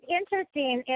interesting